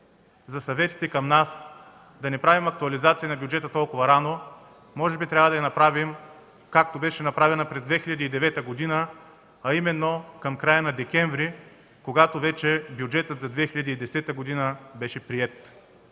за съветите към нас – да не правим актуализация на бюджета толкова рано. Може би трябва да я направим, както беше направена през 2009 г., а именно към края на месец декември, когато вече бюджетът за 2010 г. беше приет.